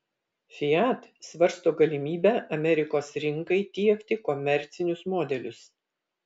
fiat svarsto galimybę amerikos rinkai tiekti komercinius modelius